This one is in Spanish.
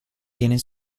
tienen